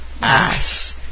ass